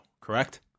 correct